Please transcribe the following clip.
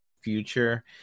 future